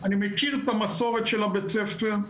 אני מכיר את המסורת של בית הספר,